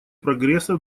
прогресса